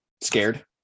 scared